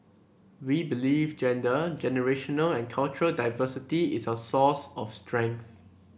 we believe gender generational and cultural diversity is our source of strength